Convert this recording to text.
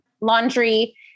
laundry